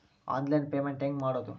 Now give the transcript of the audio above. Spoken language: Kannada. ಆನ್ಲೈನ್ ಪೇಮೆಂಟ್ ಹೆಂಗ್ ಮಾಡೋದು?